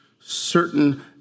certain